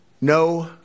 No